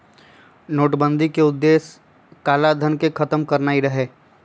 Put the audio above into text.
नोटबन्दि के उद्देश्य कारीधन के खत्म करनाइ रहै